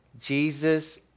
Jesus